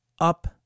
up